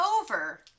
over